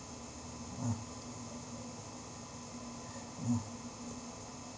ah mm